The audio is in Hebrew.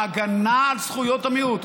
בהגנה על זכויות המיעוט.